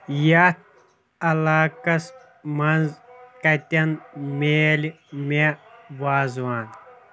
یتھ عَلاقَس منٛز کَتؠن مِلہِ مےٚ وازوان